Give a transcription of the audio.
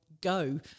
go